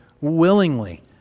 willingly